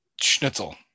schnitzel